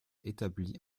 établit